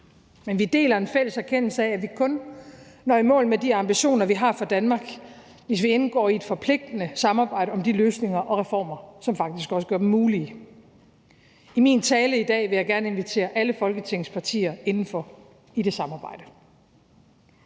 men vi deler en fælles erkendelse af, at vi kun når i mål med de ambitioner, vi har for Danmark, hvis vi indgår i et forpligtende samarbejde om de løsninger og reformer, som faktisk også gør dem mulige. I min tale i dag vil jeg gerne invitere alle Folketingets partier indenfor i det samarbejde.